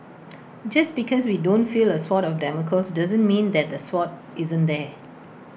just because we don't feel A sword of Damocles doesn't mean that the sword isn't there